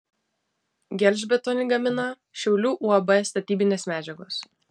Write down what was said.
gelžbetonį gamina šiaulių uab statybinės medžiagos